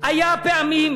היו פעמים,